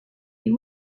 est